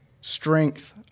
strength